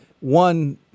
one